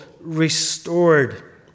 restored